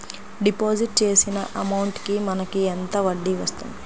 Deposit చేసిన amount కి మనకి ఎంత వడ్డీ వస్తుంది?